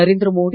Narendra Modi